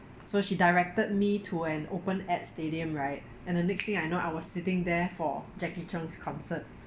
so she directed me to an open aired stadium right and the next thing I know I was sitting there for jacky cheung's concert